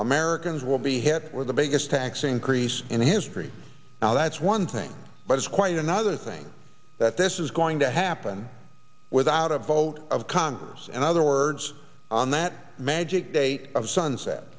americans will be hit with the biggest tax increase in history now that's one thing but it's quite another thing that this is going to happen without a vote of congress and other words on that magic date of suns